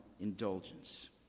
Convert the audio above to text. indulgence